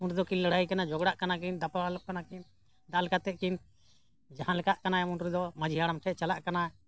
ᱩᱱ ᱫᱚᱠᱤᱱ ᱞᱟᱹᱲᱦᱟᱹᱭ ᱠᱟᱱᱟ ᱡᱷᱚᱜᱽᱲᱟᱜ ᱠᱟᱱᱟ ᱠᱤᱱ ᱫᱟᱯᱟᱞᱚᱜ ᱠᱟᱱᱟ ᱠᱤᱱ ᱫᱟᱞ ᱠᱟᱛᱮᱫ ᱠᱤᱱ ᱡᱟᱦᱟᱸ ᱞᱮᱠᱟᱜ ᱠᱟᱱᱟᱭ ᱩᱱ ᱨᱮᱫᱚ ᱢᱟᱺᱡᱷᱤ ᱦᱟᱲᱟᱢ ᱴᱷᱮᱱ ᱪᱟᱞᱟᱜ ᱠᱟᱱᱟ